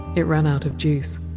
it ran out of juice.